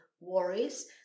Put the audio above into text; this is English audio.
worries